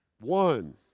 One